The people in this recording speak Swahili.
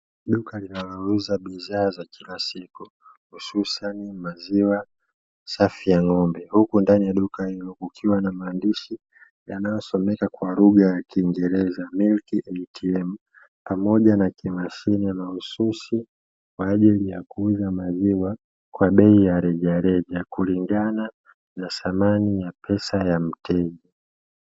Duka linalouza bidhaa za kila siku hususani maziwa safi ya ng'ombe, ndani ya duka hilo kukiwa na maandishi yanayosomeka kwa lugha ya kiingereza 'MILK ATM', pamoja na mashine mahususi kwa ajili ya kuuza maziwa kwa bei ya rejareja kulingana na thamani ya pesa ya mteja.